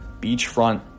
beachfront